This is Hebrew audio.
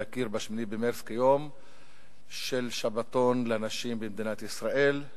להכיר ב-8 במרס כיום של שבתון לנשים במדינת ישראל.